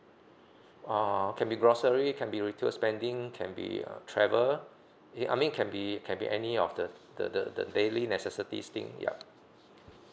ah can be grocery can be retail spending can be uh travel I mean can be it can be any of the the the the daily necessities thing ya